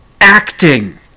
acting